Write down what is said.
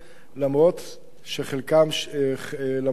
למרות חלקם השלילי.